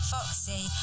Foxy